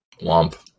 Womp